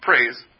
Praise